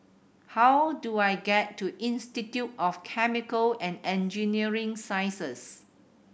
how do I get to Institute of Chemical and Engineering Sciences